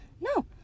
No